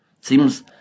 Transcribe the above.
Seems